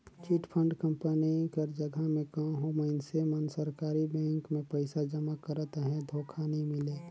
chit fund company कर जगहा में कहों मइनसे मन सरकारी बेंक में पइसा जमा करत अहें धोखा नी मिले